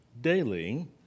daily